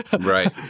Right